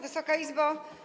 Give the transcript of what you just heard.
Wysoka Izbo!